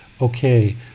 Okay